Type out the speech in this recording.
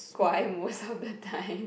乖:guai/mandarin> most of the time